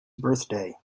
birthday